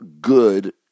good